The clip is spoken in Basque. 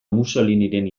mussoliniren